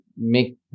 make